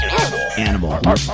Animal